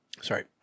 sorry